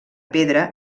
pedra